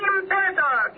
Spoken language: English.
Imperator